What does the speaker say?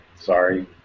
Sorry